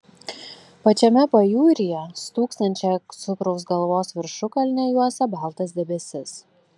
pačiame pajūryje stūksančią cukraus galvos viršukalnę juosia baltas debesis